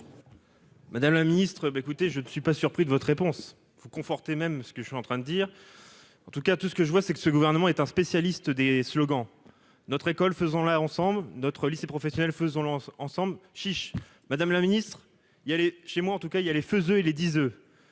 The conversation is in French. Madame la Ministre, bah, écoutez, je ne suis pas surpris de votre réponse, vous conforter même ce que je suis en train de dire en tout cas, tout ce que je vois c'est que ce gouvernement est un spécialiste des slogans notre école faisant la ensemble notre lycée professionnel faisons lancent ensemble, chiche, Madame la Ministre, il y a les chez moi en tout cas, il y a les faisait il les disent